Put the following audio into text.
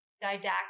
didactic